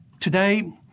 Today